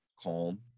calm